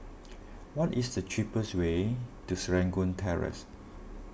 what is the cheapest way to Serangoon Terrace